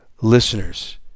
listeners